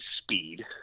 speed